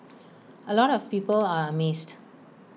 A lot of people are amazed